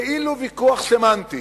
כאילו ויכוח סמנטי,